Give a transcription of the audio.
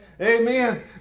Amen